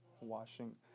washing